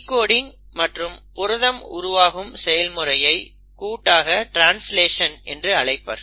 decoding மற்றும் புரதம் உருவாக்கும் செயல்முறையை கூட்டாக ட்ரான்ஸ்லேஷன் என்று அழைப்பர்